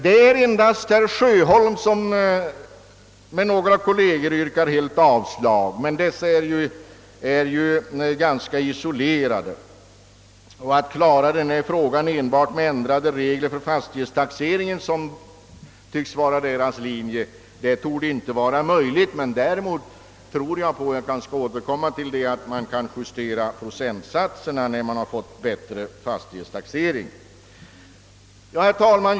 Det är endast herr Sjöholm som tillsammans med några kamrater helt yrkar avslag på propositionen. Men dessa förslagsställare är ju ganska isolerade. Att — vilket tycks vara deras linje — lösa problemet enbart med ändrade regler för fastighetstaxeringen torde inte vara möjligt. Däremot tror jag det kan vara lämpligt att söka justera procentsatserna när vi fått en bättre fastighetstaxering. Herr talman!